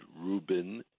Rubin